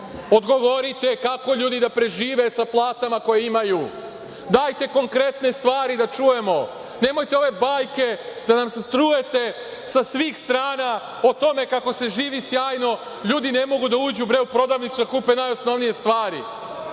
odgovorite kako ljudi da prežive sa platama koje imaju. Dajte konkretne stvari da čujemo. Nemojte ove bajke, da nas se trujete sa svih strana o tome kako se živi sjajno, ljudi ne mogu da uđu, bre, u prodavnice da kupe najosnovnije stvari.